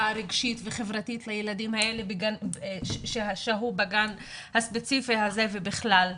רגשית וחברתית לילדים האלה ששהו בגן הספציפי הזה ובכלל.